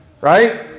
Right